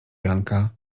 janka